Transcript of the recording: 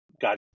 got